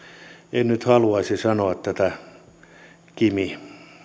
en nyt haluaisi sanoa kimi